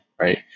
right